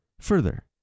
Further